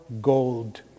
gold